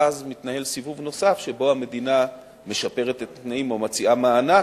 ואז מתנהל סיבוב נוסף שבו המדינה משפרת את התנאים או מציעה מענק,